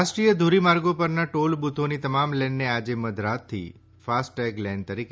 રાષ્ટ્રીય ધોરીમાર્ગો પરના ટોલ બુથોની તમામ લેનને આજે મધરાતથી ફાસ્ટેગ લેન તરીકે